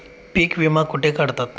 पीक विमा कुठे काढतात?